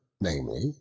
namely